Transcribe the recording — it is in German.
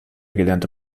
gelernte